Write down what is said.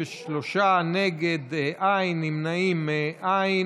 הגבלת אזור מגורים לעבריין מין שנשלח למעון),